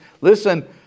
listen